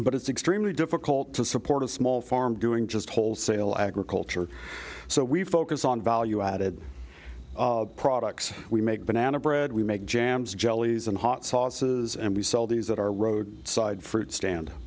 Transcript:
but it's extremely difficult to support a small farm doing just wholesale agriculture so we focus on value added products we make banana bread we make jams jellies and hot sauces and we sell these that are roadside fruit stand